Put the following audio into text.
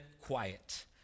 quiet